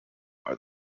are